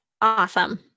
awesome